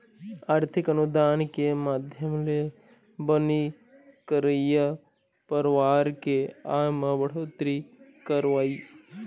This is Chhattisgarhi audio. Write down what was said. आरथिक अनुदान के माधियम ले बनी करइया परवार के आय म बड़होत्तरी करवई